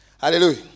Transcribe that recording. Hallelujah